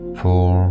four